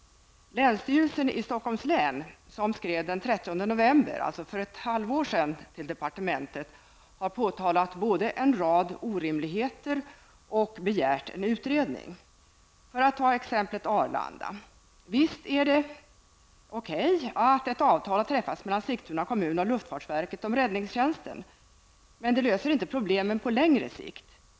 Länsstyrelsen i Stockholms län, som skrev till departementet den 30 november, alltså för ett halvår sedan, har både påtalat en rad orimligheter och begärt en utredning. Låt mig här peka på exemplet Arlanda. Visst är det bra att ett avtal har träffats mellan Sigtuna kommun och luftfartsverket om räddningstjänsten, men det löser inte problemen på längre sikt.